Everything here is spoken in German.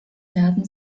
werden